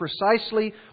precisely